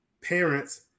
parents